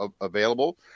available